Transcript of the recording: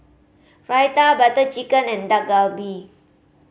Raita Butter Chicken and Dak Galbi